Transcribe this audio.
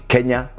Kenya